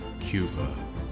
Cuba